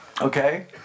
okay